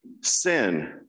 Sin